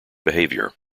behaviour